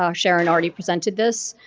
um sharon already presented this,